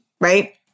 Right